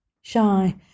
shy